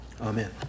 Amen